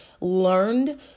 learned